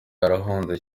yarahunze